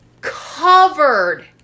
covered